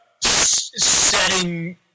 setting